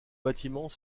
bâtiment